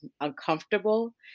uncomfortable